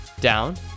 down